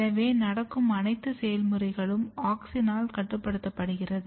எனவே நடக்கும் அனைத்து செயல்முறைகளும் ஆக்ஸினால் கட்டுப்படுத்தப்படுகிறது